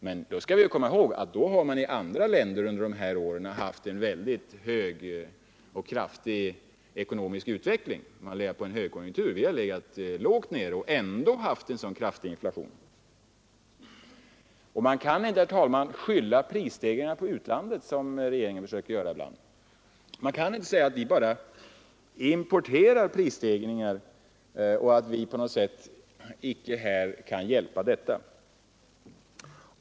Men vi skall komma ihåg att man då i andra länder under dessa år har haft en mycket hög och kraftig ekonomisk utveckling. Man har haft en högkonjunktur. Vi har legat lågt och ändå haft en mycket kraftig inflation. Man kan inte, herr talman, skylla prisstegringarna på utlandet, som regeringen försöker göra ibland. Man kan inte säga att vi bara importerar prisstegringar och på något sätt inte kan hjälpa det.